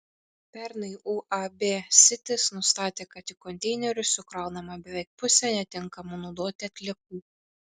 pernai uab sitis nustatė kad į konteinerius sukraunama beveik pusė netinkamų naudoti atliekų